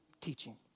teaching